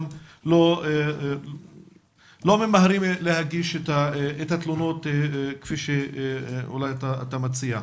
לא ממהרים להגיש את התלונות כפי שאולי אתה מציע.